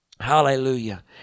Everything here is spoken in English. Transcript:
Hallelujah